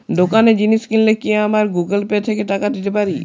দোকানে জিনিস কিনলে কি আমার গুগল পে থেকে টাকা দিতে পারি?